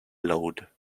load